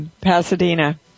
Pasadena